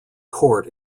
court